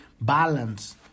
balance